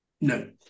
No